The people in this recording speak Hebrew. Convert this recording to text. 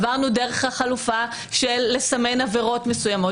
עברנו דרך החלופה של סימון עבירות מסוימות